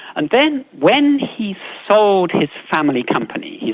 and then when he sold his family company,